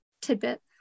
tidbit